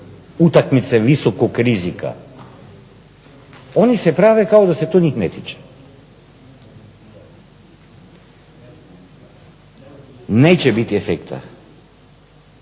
utakmice visokog rizika. Oni se prave kao da se to njih ne tiče. Neće biti efekta